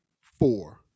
four